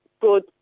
good